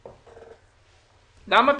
למה?